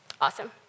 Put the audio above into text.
Awesome